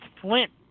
Flint